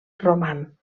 roman